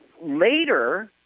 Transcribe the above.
later